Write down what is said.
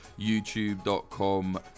youtube.com